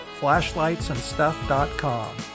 flashlightsandstuff.com